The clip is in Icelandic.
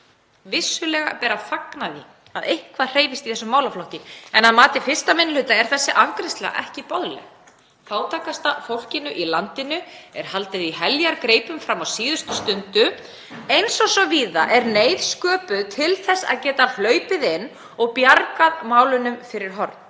Vissulega ber að fagna því að eitthvað hreyfist í þessum málaflokki en að mati 1. minni hluta er þessi afgreiðsla ekki boðleg. Fátækasta fólkinu í landinu er haldið í heljargreipum fram á síðustu stundu. Eins og svo víða er neyð sköpuð til þess að geta hlaupið inn og bjargað málunum fyrir horn.